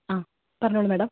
ആ പറഞ്ഞോളൂ മേഡം